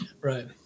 Right